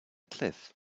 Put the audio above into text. cliff